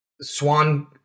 swan